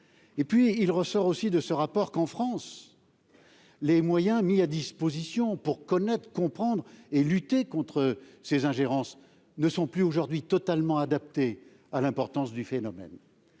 influences. Ressort également qu'en France, les moyens mis à disposition pour connaître, comprendre et lutter contre ces ingérences ne sont plus aujourd'hui totalement adaptés à l'importance du phénomène.